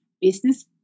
business